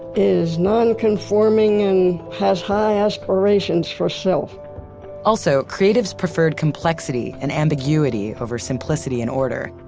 is nonconforming and has high aspirations for self also, creatives preferred complexity and ambiguity over simplicity and order.